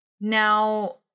Now